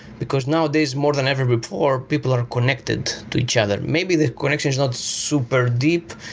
because nowadays more than ever before, people are connected to each other. maybe the connection is not super deep.